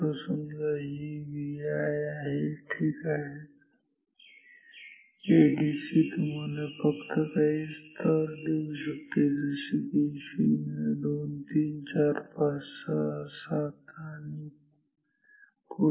समजा ही Vi आहे ठीक आहे एडीसी तुम्हाला फक्त काही स्तर देऊ शकते जसे की 0 2 3 4 5 6 7 आणि पुढे